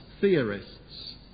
theorists